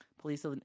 Police